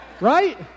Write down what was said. Right